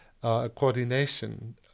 coordination